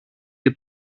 και